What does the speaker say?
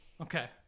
Okay